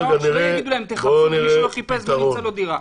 שלא יגידו להם: תחפשו ומי שלא חיפש בוא נמצא לו דירה.